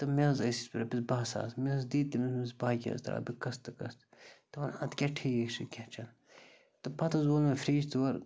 تہٕ مےٚ حظ ٲسۍ روپیَس بَہہ ساس مےٚ حظ دِتۍ تٔمِس باقِیَس ترٛاوَے بہٕ قسطٕ قسطٕ دوٚپُن اَدٕ کیٛاہ ٹھیٖک چھُ کیٚنٛہہ چھُنہٕ تہٕ پَتہٕ حظ وول مےٚ فرٛج تور